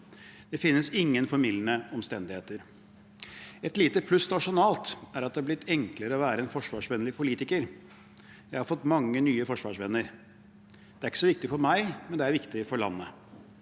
Det finnes ingen formildende omstendigheter. Et lite pluss nasjonalt er at det har blitt enklere å være en forsvarsvennlig politiker. Jeg har fått mange nye forsvarsvenner. Det er ikke så viktig for meg, men det er viktig for landet.